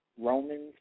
Romans